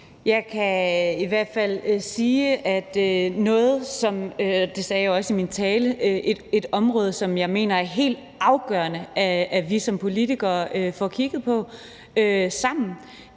Jeg kan i hvert fald sige – det sagde jeg også min tale – at et område, som jeg mener det er helt afgørende at vi som politikere får kigget på sammen,